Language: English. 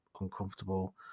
uncomfortable